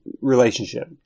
relationship